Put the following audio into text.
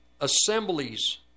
assemblies